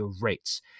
rates